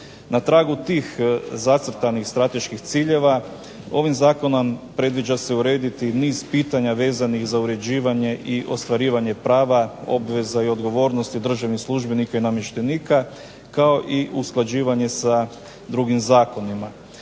Na tragu tih zacrtanih strateških ciljeva ovim zakonom predviđa se urediti niz pitanja vezanih za uređivanje i ostvarivanje prava, obveza i odgovornosti državnih službenika i namještenika kao i usklađivanje sa drugim zakonima.